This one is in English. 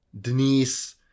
Denise